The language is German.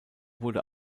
wurde